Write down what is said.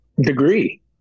degree